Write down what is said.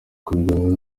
kubiganiraho